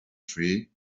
tree